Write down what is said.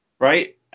Right